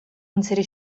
unsere